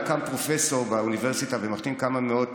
היה קם פרופסור באוניברסיטה ומחתים כמה מאות